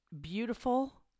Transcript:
beautiful